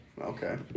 Okay